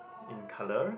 in colour